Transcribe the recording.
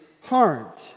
heart